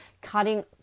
cutting